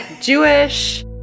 Jewish